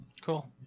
Cool